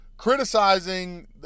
criticizing